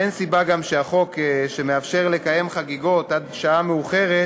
ואין סיבה שהחוק שמאפשר לקיים חגיגות עד שעה מאוחרת